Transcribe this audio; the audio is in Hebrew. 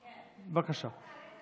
בבקשה.